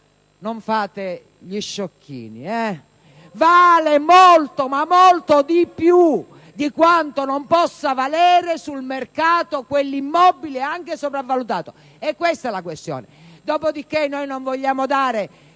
dal Gruppo PdL).* Vale molto, ma molto di più di quanto non possa valere sul mercato quell'immobile, anche sopravvalutato. Questa è la questione.